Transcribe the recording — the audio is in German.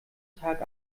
tag